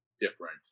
different